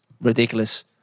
ridiculous